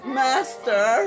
master